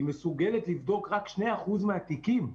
היא מסוגלת לבדוק רק 2% מהתיקים.